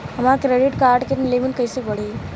हमार credit card के limit कइसे बढ़ी?